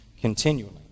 continually